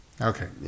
Okay